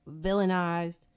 villainized